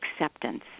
acceptance